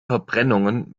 verbrennungen